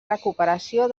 recuperació